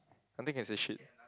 I think can say shit